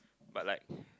but like